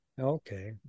Okay